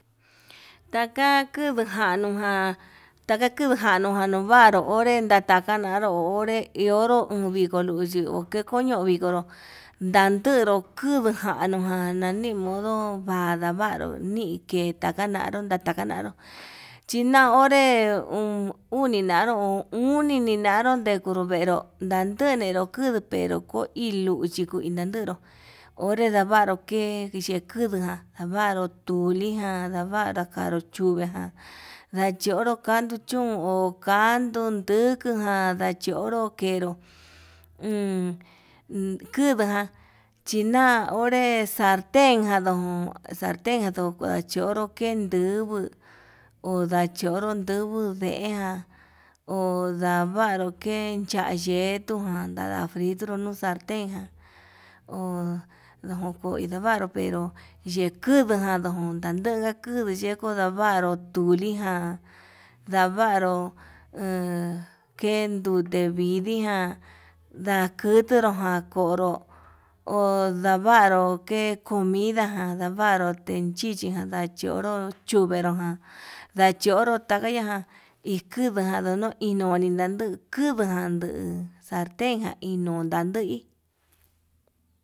Taka kundu januu ján taka kunujanu jan novaru onré, detakan naruu kiondoru uun viko luchi yi oñoo vikonró, ndadero kunuu januján nanimodo va'a ndavanru nii tekananro nataka kanaro chi na onre uun uninaru oun uninaru ndetunru venró, ndandenero kunduu pero ko inuchi kuin nadero onré ndavaru ke'e kekuduján ndavaru tulijan ndavaru dakanru chuveján ndachionru calduu chún ho, kanduu ndukuján ndachionró kenró emm kuduján china onre salteján ndon saltenján ndikua chonro ke'e ndubuu ho ndachonro ndubuu deen ho ndavanru ke ya'á yetuján nada fritonru no'o salten ján, ho ndoko indovaru pero yenkuduján ndondande kuduu yeko ndavaru tulijan ndavanru ha a kendute vidii ján ndakutunrujan konro ho ke'e ndavaro oke comidaján ndavaro ndechijan ndachonro, chuvenru ján ndachonro takaña ján ikuduján ono inoni nanduu kuduján nduu salteján ino'o ndandoi.